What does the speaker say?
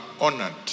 honored